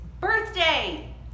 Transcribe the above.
birthday